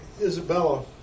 Isabella